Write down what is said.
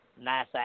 nice